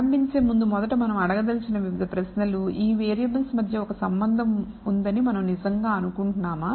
ప్రారంభించే ముందు మొదట మనం అడగదలిచిన వివిధ ప్రశ్నలు ఈ వేరియబుల్స్ మధ్య ఒక సంబంధం ఉందని మనం నిజంగా అనుకుంటున్నామా